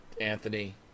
Anthony